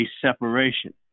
separation